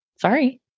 Sorry